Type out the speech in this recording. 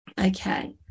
Okay